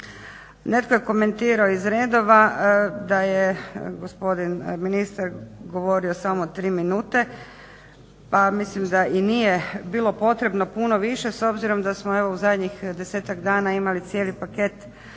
Netko je komentirao iz redova da je gospodin ministar govorio samo tri minute, pa mislim da i nije bilo potrebno puno više s obzirom da smo evo u zadnjih 10-ak dana imali cijeli paket